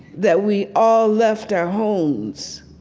that we all left our homes,